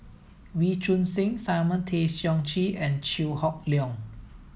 Wee Choon Seng Simon Tay Seong Chee and Chew Hock Leong